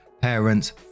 parents